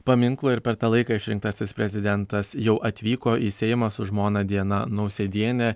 paminklo ir per tą laiką išrinktasis prezidentas jau atvyko į seimą su žmona diana nausėdiene